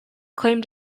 claim